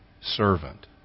servant